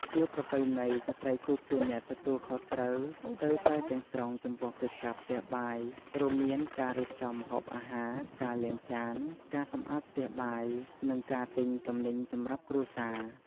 ជាប្រពៃណី ស្ត្រីគឺជាអ្នកទទួលខុសត្រូវស្ទើរតែទាំងស្រុងចំពោះកិច្ចការផ្ទះបាយ រួមមានការរៀបចំម្ហូបអាហារ ការលាងចាន ការសម្អាតផ្ទះបាយ និងការទិញទំនិញសម្រាប់គ្រួសារ។